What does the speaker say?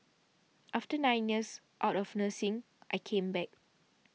after nine years out of nursing I came back